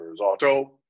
Auto